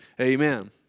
Amen